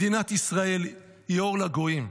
מדינת ישראל היא אור לגויים.